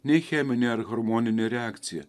nei cheminė ar hormoninė reakcija